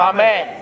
Amen